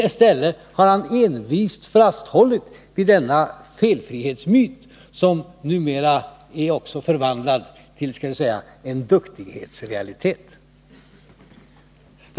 I stället har han envist fasthållit vid denna felfrihetsmyt, som numera också är förvandlad till vad man kan kalla en duktighetsrealitet.